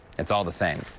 it's all the same.